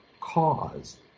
cause